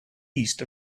east